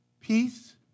peace